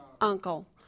uncle